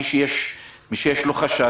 מי שיש לו חשש,